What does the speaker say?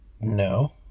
No